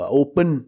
open